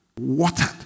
Watered